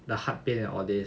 the heart pain and all these